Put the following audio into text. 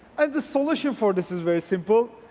and the solution for this is very simple,